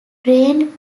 drained